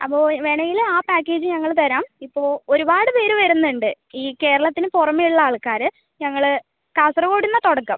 അപ്പോൾ വേണമെങ്കിൽ ആ പാക്കേജ് ഞങ്ങൾ തരാം ഇപ്പോൾ ഒരുപാട് പേര് വരുന്നുണ്ട് ഈ കേരളത്തിന് പുറമേയുള്ള ആൾക്കാർ ഞങ്ങൾ കാസർഗോഡുനിന്നാ തുടക്കം